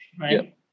right